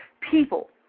people